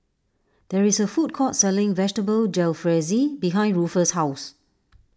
there is a food court selling Vegetable Jalfrezi behind Ruffus' house